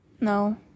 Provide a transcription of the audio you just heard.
No